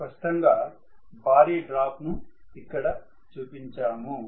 స్పష్టంగా భారీ డ్రాప్ను ఇక్కడ చుపించాము